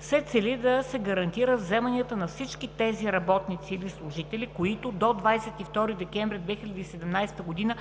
се цели да се гарантират вземанията на всички тези работници или служители, които до 22 декември 2017 г. не